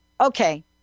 okay